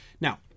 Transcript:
Now